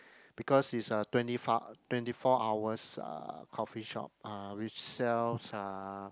because is a twenty f~ twenty four hours uh coffee shop ah which sells uh